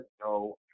no